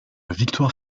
victoire